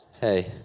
Hey